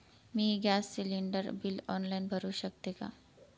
मी gas cylinder bill online भरु शकते का?